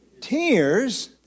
Tears